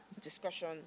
discussion